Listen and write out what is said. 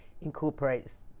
incorporates